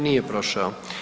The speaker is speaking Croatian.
Nije prošao.